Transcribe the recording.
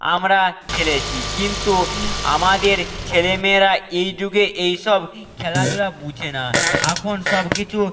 আমরা খেলেছি কিন্তু আমাদের ছেলে মেয়েরা এই যুগে এইসব খেলাধূলা বোঝে না এখন সব কিছু